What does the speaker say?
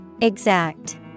Exact